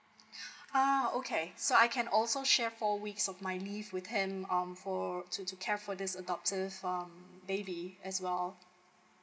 ah okay so I can also share four weeks of my leave with him um for to to care for this adoptive um baby as well